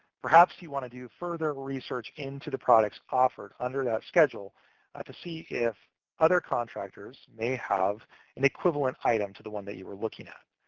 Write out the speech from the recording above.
perhaps you want to do further research into the products offered under that schedule to see if other contractors may have an equivalent item to the one you are looking at.